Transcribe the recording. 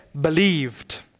believed